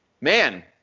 Man